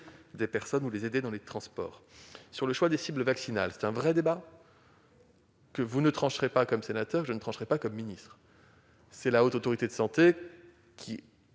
des personnes ou les aider dans les transports. Le choix des cibles vaccinales suscite un véritable débat, que vous ne trancherez pas en tant que sénateurs et que je ne trancherai pas comme ministre. C'est la Haute Autorité de santé, qui